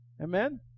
Amen